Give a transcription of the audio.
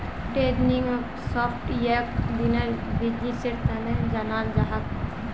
trending सॉफ्टवेयरक दिनेर बिजनेसेर तने जनाल जाछेक